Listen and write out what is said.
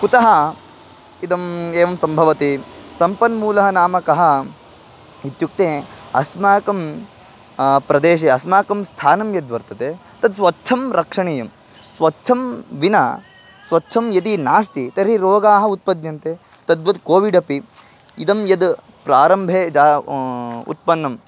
कुतः इदम् एवं सम्भवति सम्पन्मूलः नाम कः इत्युक्ते अस्माकं प्रदेशे अस्माकं स्थानं यद्वर्तते तद् स्वच्छं रक्षणीयं स्वच्छं विना स्वच्छं यदि नास्ति तर्हि रोगाः उत्पद्यन्ते तद्वत् कोविड् अपि इदं यद् प्रारम्भे जा उत्पन्नं